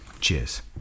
Cheers